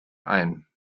ein